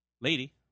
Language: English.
lady